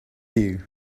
you